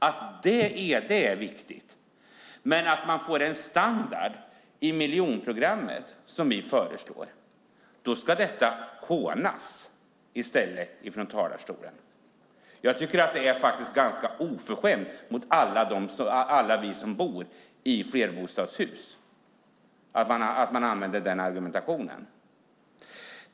När vi föreslår att man ska få höjd standard i miljonprogrammet, då ska detta i stället hånas från talarstolen. Jag tycker att det är ganska oförskämt mot alla oss som bor i flerbostadshus att man använder den argumentationen.